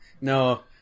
No